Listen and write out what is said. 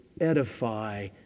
edify